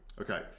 Okay